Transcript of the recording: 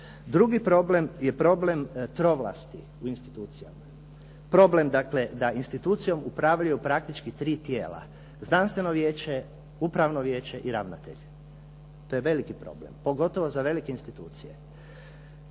Drugi problem je problem trovlasti u institucijama. Problem dakle da institucijom upravljaju praktički tri tijela. Znanstveno vijeće, upravno vijeće i ravnatelj. To je veliki problem pogotovo za velike institucije.